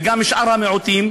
וגם את שאר המיעוטים,